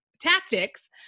tactics